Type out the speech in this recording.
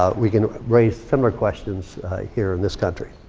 ah we can raise similar questions here in this country.